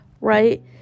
right